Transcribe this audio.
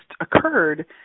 occurred